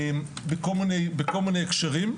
בכל מיני הקשרים.